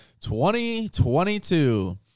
2022